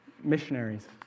missionaries